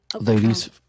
Ladies